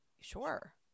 sure